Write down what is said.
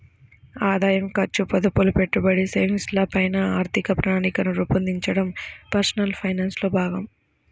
ఆదాయం, ఖర్చు, పొదుపులు, పెట్టుబడి, సేవింగ్స్ ల పైన ఆర్థిక ప్రణాళికను రూపొందించడం పర్సనల్ ఫైనాన్స్ లో భాగం